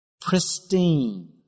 pristine